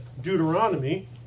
Deuteronomy